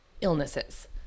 illnesses